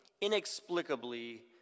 inexplicably